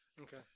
Okay